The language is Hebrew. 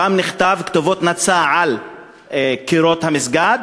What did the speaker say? ושם נכתבו כתובות נאצה על קירות המסגד,